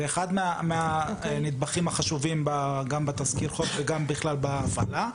זה אחד הנדבכים החשובים גם בתזכיר החוק וגם בהפעלה.